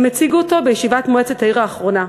הן הציגו אותו בישיבת מועצת העיר האחרונה,